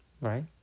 Right